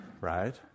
right